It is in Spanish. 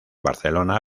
barcelona